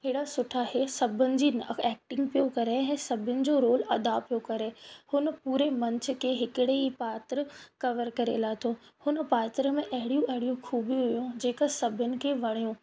अहिड़ा सुठा हे सभिनि जी एक्टिंग पियो करे हे सभिनि जो रोल अदा पियो करे हुन पूरे मंच खे हिकिड़े ई पात्र कवर करे लाथो हुन पात्र में अहिड़ियूं अहिड़ियूं खूबियूं हुइयूं जेका सभिनि खे वणियो